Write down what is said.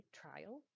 trial